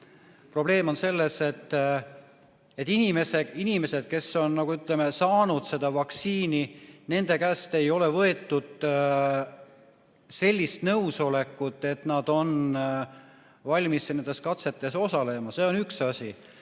Probleem on selles, et inimesed, kes on saanud seda vaktsiini, nende käest ei ole võetud nõusolekut, et nad on valmis nendes katsetes osalema. See on üks asi.